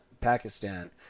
Pakistan